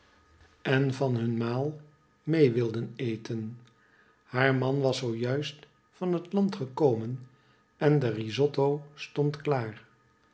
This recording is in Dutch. en van hun maal mee wilden eten haar man was zoo juist van het land gekomen en de risotto stond klaar